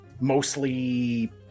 mostly